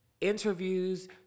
interviews